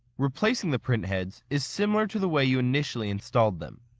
replacing the print heads is similar to the way you initially installed them.